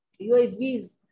UAVs